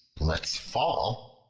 lets fall,